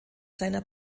seiner